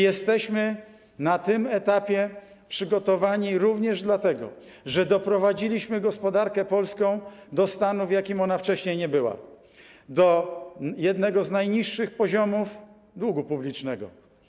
Jesteśmy na tym etapie przygotowani również dlatego, że doprowadziliśmy gospodarkę polską do stanu, w jakim ona wcześniej nie była, do jednego z najniższych poziomów długu publicznego.